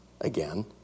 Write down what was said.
again